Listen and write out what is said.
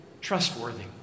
trustworthy